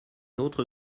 autre